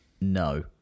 No